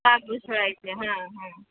ताक घुसळायचे